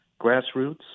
grassroots